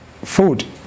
food